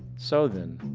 so then,